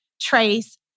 trace